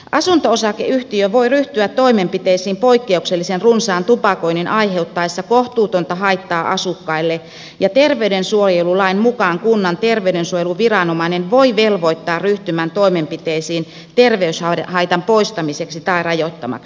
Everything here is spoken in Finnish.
asunto osakeyhtiö voi ryhtyä toimenpiteisiin poikkeuksellisen runsaan tupakoinnin aiheuttaessa kohtuutonta haittaa asukkaille ja terveydensuojelulain mukaan kunnan terveydensuojeluviranomainen voi velvoittaa ryhtymään toimenpiteisiin terveyshaitan poistamiseksi tai rajoittamiseksi